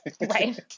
Right